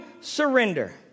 surrender